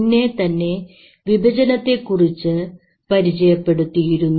മുന്നേ തന്നെ വിഭജനത്തെക്കുറിച്ച് പരിചയപ്പെടുത്തിയിരുന്നു